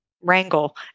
wrangle